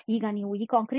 ಈಗ ನೀವು ಈ ಕಾಂಕ್ರೀಟ್